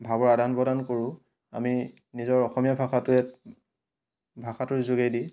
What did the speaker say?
ভাবৰ আদান প্ৰদান কৰোঁ আমি নিজৰ অসমীয়া ভাষাটোৱে ভাষাটোৰ যোগেদি